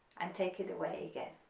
and take it away again,